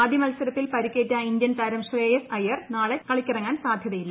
ആദ്യ മൽസരത്തിൽ പരിക്കേറ്റ ഇന്ത്യൻ താരം ശ്രേയസ് അയ്യർ നാളെ കളിക്കിറങ്ങാൻ സാധ്യതയില്ല